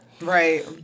Right